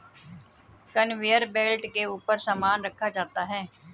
conveyor belt के ऊपर सामान रखा जाता है